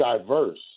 diverse